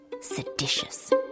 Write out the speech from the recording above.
Seditious